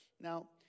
Now